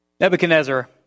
Nebuchadnezzar